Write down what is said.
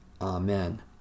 Amen